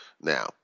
Now